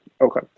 Okay